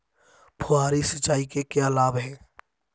फुहारी सिंचाई के क्या लाभ हैं?